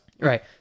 right